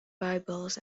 bibles